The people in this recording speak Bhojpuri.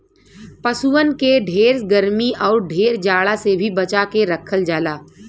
पसुअन के ढेर गरमी आउर ढेर जाड़ा से भी बचा के रखल जाला